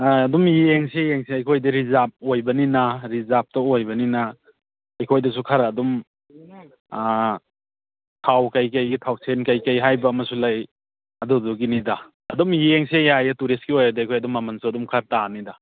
ꯑꯗꯨꯝ ꯌꯦꯡꯁꯤ ꯌꯦꯡꯁꯤ ꯑꯩꯈꯣꯏꯗꯤ ꯔꯤꯖꯥꯞ ꯑꯣꯏꯕꯅꯤꯅ ꯔꯤꯖꯥꯞꯇ ꯑꯣꯏꯕꯅꯤꯅ ꯑꯩꯈꯣꯏꯗꯁꯨ ꯈꯔ ꯑꯗꯨꯝ ꯊꯥꯎ ꯀꯩꯀꯩꯒꯤ ꯊꯥꯎꯁꯦꯟ ꯀꯩꯀꯩ ꯍꯥꯏꯕ ꯑꯃꯁꯨ ꯂꯩ ꯑꯗꯨꯗꯨꯒꯤꯅꯤꯗ ꯑꯗꯨꯝ ꯌꯦꯡꯁꯤ ꯌꯥꯏꯌꯦ ꯇꯨꯔꯤꯁ ꯑꯣꯏꯔꯗꯤ ꯑꯩꯈꯣꯏ ꯑꯗꯨꯝ ꯃꯃꯜꯁꯨ ꯈꯔ ꯇꯥꯅꯤꯗ